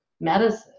medicine